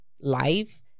life